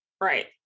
Right